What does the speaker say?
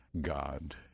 God